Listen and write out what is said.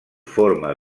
forma